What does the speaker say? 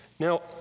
Now